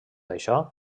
això